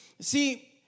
see